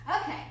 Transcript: Okay